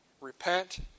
repent